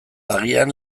agian